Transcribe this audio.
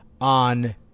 on